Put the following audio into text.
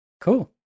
Cool